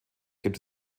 gibt